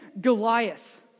Goliath